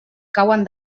cauen